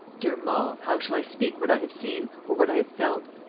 dear mall, how shall i speak what i have seen or what i have felt?